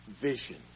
vision